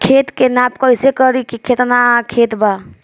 खेत के नाप कइसे करी की केतना खेत बा?